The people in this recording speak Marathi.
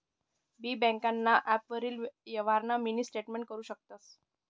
बी ब्यांकना ॲपवरी यवहारना मिनी स्टेटमेंट करु शकतंस